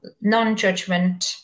non-judgment